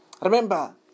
Remember